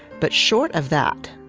but short of that,